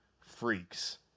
freaks